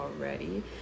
already